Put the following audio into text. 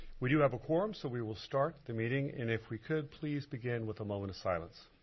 we do have a quorum so we will start the meeting and if we could please begin with a moment of silence.